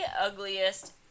ugliest